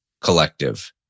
Collective